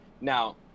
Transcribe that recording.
Now